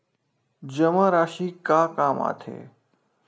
जमा राशि का काम आथे?